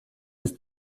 ist